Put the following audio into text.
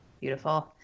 Beautiful